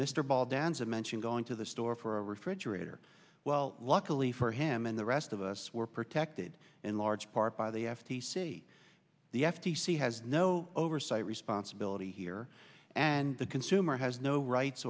mr ball dance of mention going to the store for a refrigerator well luckily for him and the rest of us we're protected in large part by the f t c the f t c has no oversight responsibility here and the consumer has no rights